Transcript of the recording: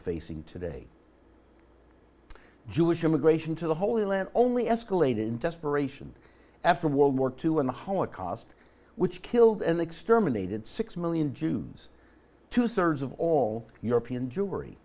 facing today jewish immigration to the holy land only escalated in test for ration after world war two and the holocaust which killed and exterminated six million jews two thirds of all european jew